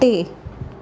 टे